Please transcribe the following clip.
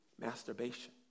masturbation